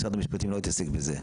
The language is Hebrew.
משרד המשפטים לא יתעסק בזה,